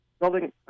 Building